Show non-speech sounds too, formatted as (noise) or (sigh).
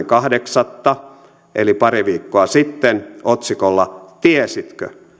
(unintelligible) kahdeksatta eli pari viikkoa sitten otsikolla tiesitkö